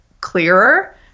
clearer